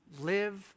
live